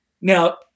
Now